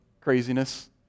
craziness